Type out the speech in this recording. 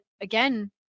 again